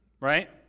right